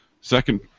Second